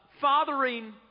fathering